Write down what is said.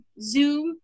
Zoom